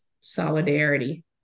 solidarity